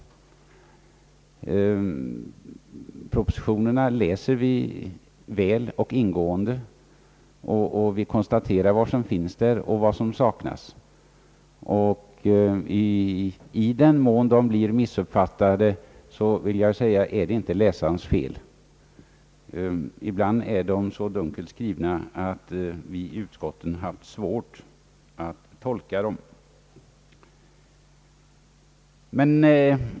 Vi läser propositionerna väl och ingående och konstaterar vad som finns där och vad som saknas. I den mån de blir missuppfattade vill jag säga, att det inte alltid är läsarnas fel. Ibland är de så dunkelt skrivna att vi i utskotten har svårt att tolka dem.